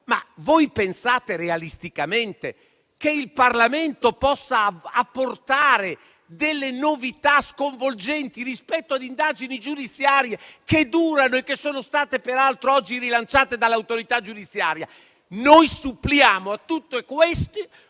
Ma voi pensate realisticamente che il Parlamento possa apportare delle novità sconvolgenti rispetto ad indagini giudiziarie che durano da anni e che sono state peraltro oggi rilanciate dall'autorità giudiziaria? Noi suppliamo a tutto questo